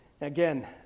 Again